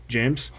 James